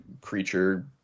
creature